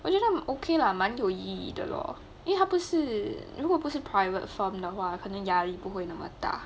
well you know okay lah 蛮有意义的 lor 因为他不是因为他不是 private firm 的话可能压力不会那么大